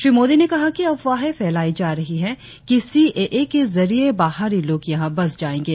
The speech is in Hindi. श्री मोदी ने कहा कि अफवाहें फैलाई जा रही है कि सी ए ए के जरिए बाहरी लोग यहां बस जाएंगे